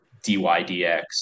dydx